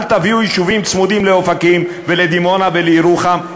אל תביאו יישובים צמודים לאופקים ולדימונה ולירוחם,